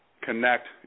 connect